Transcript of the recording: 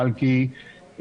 מלכי,